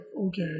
okay